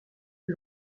que